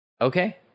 okay